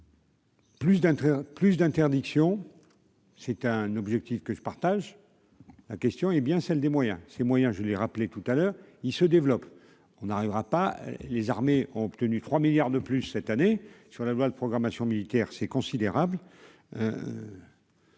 plus d'interdiction, c'est un objectif que je partage, la question est bien celle des moyens, ces moyens, je l'ai rappelé tout à l'heure, il se développe, on n'arrivera pas, les armées ont obtenu 3 milliards de plus cette année sur la loi de programmation militaire c'est considérable.